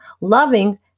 loving